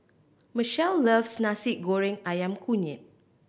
Michele loves Nasi Goreng Ayam Kunyit